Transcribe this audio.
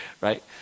right